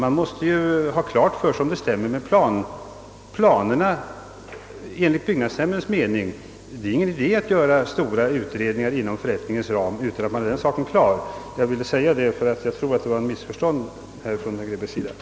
Man måste ha klart för sig att uppläggningen även i propositionen är att få byggnadsnämndens mening om anläggningen stämmer med gällande planer. Det är ingen idé att starta större utredningar inom förrättningens ram utan att först ha den saken klar för sig. Jag ville säga detta eftersom jag tror att herr Grebäcks yttrande bottnade i ett missförstånd.